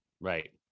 Right